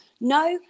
No